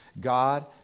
God